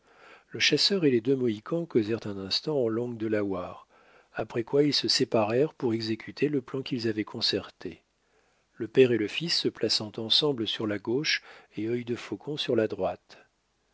le chasseur et les deux mohicans causèrent un instant en langue delaware après quoi ils se séparèrent pour exécuter le plan qu'ils avaient concerté le père et le fils se plaçant ensemble sur la gauche et œil de faucon sur la droite